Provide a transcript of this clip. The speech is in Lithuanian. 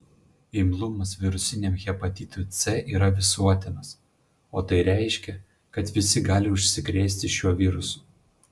imlumas virusiniam hepatitui c yra visuotinas o tai reiškia kad visi gali užsikrėsti šiuo virusu